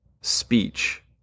speech